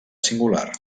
singular